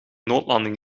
noodlanding